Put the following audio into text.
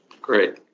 Great